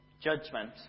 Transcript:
judgment